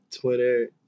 twitter